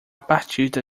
partida